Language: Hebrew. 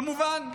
כמובן לשותפי,